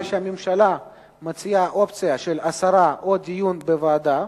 הממשלה מציעה אופציה של הסרה או דיון בוועדה.